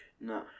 No